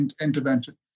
intervention